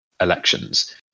elections